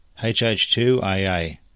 HH2AA